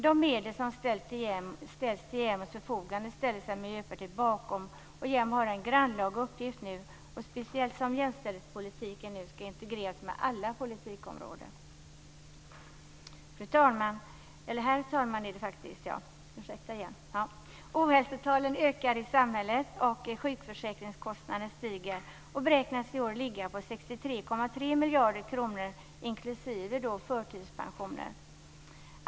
De medel som ställs till JämO:s förfogande ställer sig Miljöpartiet bakom. JämO har alltså nu en grannlaga uppgift, speciellt som jämställdhetspolitiken nu ska integreras med alla politikområden. Herr talman! Ohälsotalen ökar i samhället, och sjukförsäkringskostnaderna stiger och beräknas i år ligga på 63,3 miljarder kronor, inklusive förtidspensioner.